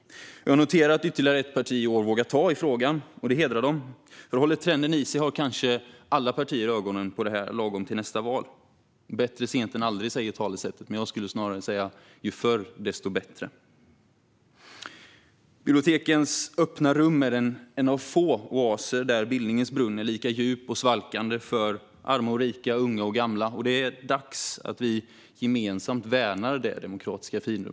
Jag har noterat att ytterligare ett parti i år vågar ta i frågan, och det hedrar dem. Om trenden håller i sig kommer kanske alla partier att ha ögonen på det här lagom till nästa val. Bättre sent än aldrig säger talesättet, men jag skulle snarare säga: Ju förr, desto bättre. Bibliotekens öppna rum hör till få oaser där bildningens brunn är lika djup och svalkande för arma och rika, unga och gamla. Det är dags att vi gemensamt värnar detta demokratiska finrum.